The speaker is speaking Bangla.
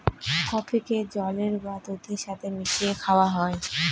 কফিকে জলের বা দুধের সাথে মিশিয়ে খাওয়া হয়